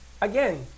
Again